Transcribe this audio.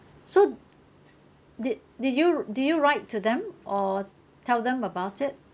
so d~ di~ did you did you write to them or tell them about it